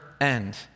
end